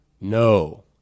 No